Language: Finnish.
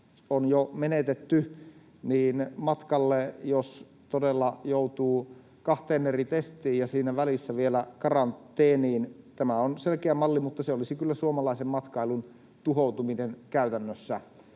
on jo menetetty — jos todella joutuu kahteen eri testiin ja siinä välissä vielä karanteeniin. Tämä on selkeä malli, mutta se olisi kyllä suomalaisen matkailun tuhoutuminen käytännössä.